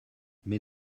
mais